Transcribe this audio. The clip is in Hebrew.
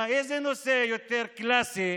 איזה נושא יותר קלאסי,